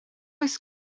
oes